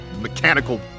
mechanical